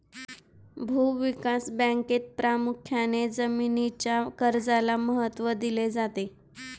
भूविकास बँकेत प्रामुख्याने जमीनीच्या कर्जाला महत्त्व दिले जाते